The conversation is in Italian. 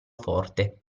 forte